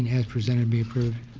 as presented, be approved.